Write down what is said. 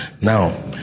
Now